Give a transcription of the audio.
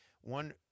one